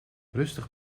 rustig